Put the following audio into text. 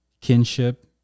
kinship